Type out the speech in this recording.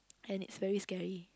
and it's very scary